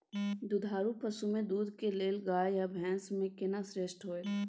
दुधारू पसु में दूध के लेल गाय आ भैंस में कोन श्रेष्ठ होयत?